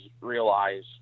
realize